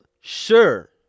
sure